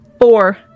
four